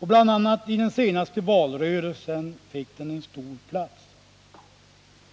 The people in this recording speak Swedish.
Bl. a. i den senaste valrörelsen fick den en stor plats.